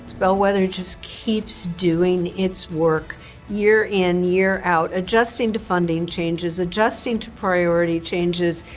bellwether just keeps doing its work year in, year out, adjusting to funding changes, adjusting to priority changes.